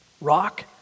rock